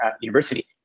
university